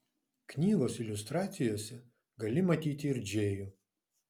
knygos iliustracijose gali matyti ir džėjų